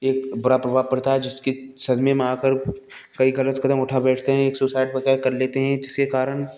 एक बुरा प्रभाव पड़ता है जिसके सदमे में आकर कई गलत कदम उठा बैठते हैं एक सुसाइड वगैरह कर लेते हैं जिसके कारण